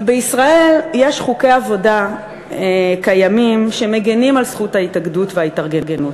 בישראל יש חוקי עבודה שמגינים על זכות ההתאגדות וההתארגנות.